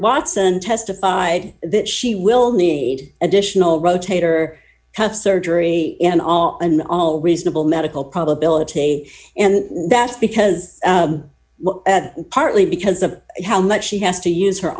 watson testified that she will need additional rotator cuff surgery in all an all reasonable medical probability and that's because partly because of how much she has to use her